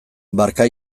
barka